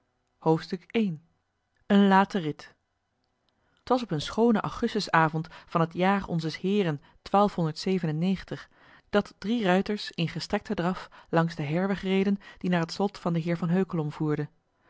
rit t was op een schoonen augustusavond van het jaar onzes eeren ruiters in gestrekten draf langs den heirweg reden die naar het slot van den heer van heukelom voerde